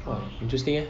!wah! interesting leh